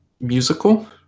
musical